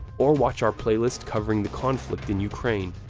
or watch our playlist covering the conflict in ukraine.